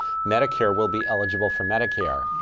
medicare will be eligible for medicare.